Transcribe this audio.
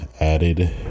added